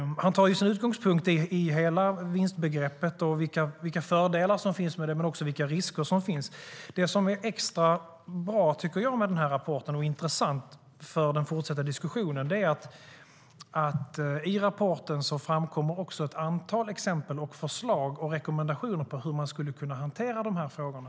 Han tar sin utgångspunkt i hela vinstbegreppet och i vilka fördelar, men också vilka risker, som finns med det. Det som är extra bra med rapporten och intressant för den fortsatta diskussionen är att det i rapporten framkommer ett antal exempel, förslag och rekommendationer när det gäller hur man skulle kunna hantera frågorna.